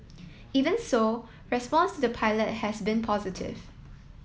even so response to the pilot has been positive